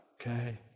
Okay